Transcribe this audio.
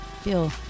feel